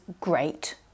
great